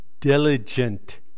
diligent